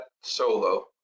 solo